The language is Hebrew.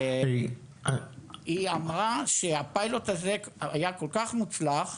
היא אמרה שהפיילוט הזה היה כל כך מוצלח,